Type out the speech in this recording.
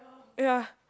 ya